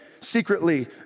secretly